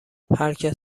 هرکس